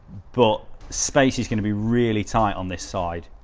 but space is going to be really tight on this side.